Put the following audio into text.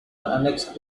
annexed